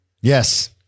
Yes